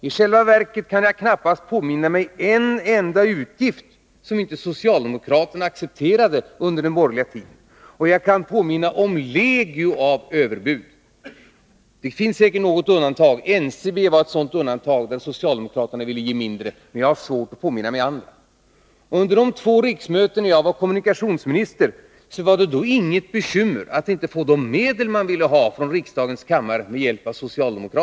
I själva verket kan jag knappast påminna mig en enda utgift som inte socialdemokraterna accepterade under den borgerliga regeringstiden. Och jag kan påminna om legio av överbud. Det finns något undantag - NCB var ett sådant undantag, där socialdemokraterna ville ge mindre, men jag har svårt att påminna mig något annat. Under de två riksmöten då jag var kommunikationsminister var det inga bekymmer att med hjälp av socialdemokraterna få de medel man ville ha från riksdagens kammare.